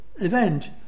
event